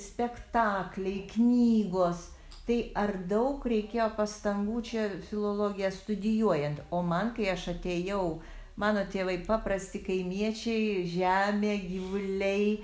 spektakliai knygos tai ar daug reikėjo pastangų čia filologiją studijuojant o man kai aš atėjau mano tėvai paprasti kaimiečiai žemė gyvuliai